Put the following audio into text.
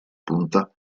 punta